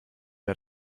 wer